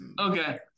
Okay